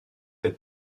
être